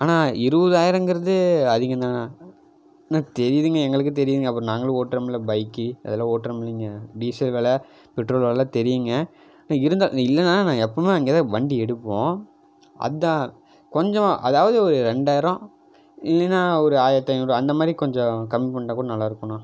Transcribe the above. ஆனால் இருபதாயிரங்கிறது அதிகம்தாண்ணா அண்ணா தெரியுதுங்க எங்களுக்கும் தெரியுங்க அப்புறம் நாங்களும் ஓட்டுறம்ல பைக்கு அதெலாம் ஓட்டுறமில்லிங்க டீசல் வெலை பெட்ரோல் வெலைலாம் தெரியுங்க அண்ணா இருந்தா இல்லைண்ணா நான் எப்போவுமே அங்கேதான் வண்டி எடுப்போம் அதுதான் கொஞ்சம் அதாவது ஒரு ரெண்டாயிரம் இல்லைன்னா ஒரு ஆயிரத்தி ஐநூறு அந்த மாதிரி கொஞ்சம் கம்மி பண்ணிட்டால் கூட நல்லாயிருக்குண்ணா